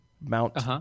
Mount